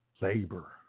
labor